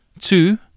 Two